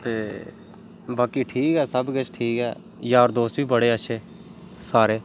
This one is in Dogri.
ते बाकी ठीक ऐ सब किश ठीक ऐ यार दोस्त बी बड़े अच्छे सारे